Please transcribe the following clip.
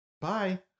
Bye